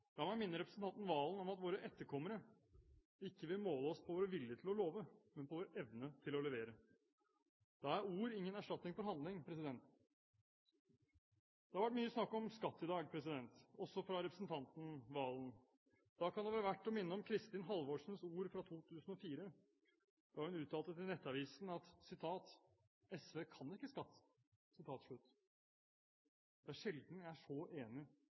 La meg minne representanten Serigstad Valen om at våre etterkommere ikke vil måle oss på vår vilje til å love, men på vår evne til å levere. Da er ord ingen erstatning for handling. Det har vært mye snakk om skatt i dag – også fra representanten Serigstad Valen. Da kan det være verdt å minne om Kristin Halvorsens ord fra 2004, da hun uttalte til Nettavisen: «SV kan ikke skatt». Det er sjelden jeg er så enig